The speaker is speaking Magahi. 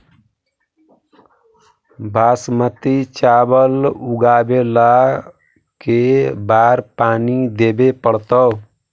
बासमती चावल उगावेला के बार पानी देवे पड़तै?